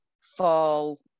fall